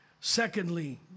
Secondly